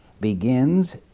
begins